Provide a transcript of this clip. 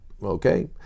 Okay